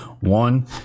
one